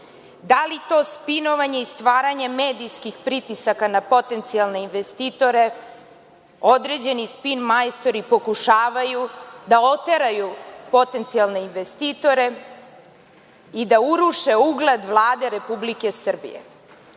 Da li to spinovanje i stvaranje medijskih pritisaka na potencijalne investitore određeni spin majstori pokušavaju da oteraju potencijalne investitore i da uruše ugled Vlade RS? Ne